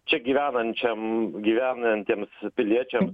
čia gyvenančiam gyvenantiems piliečiams